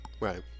right